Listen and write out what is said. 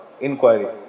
inquiry